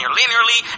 linearly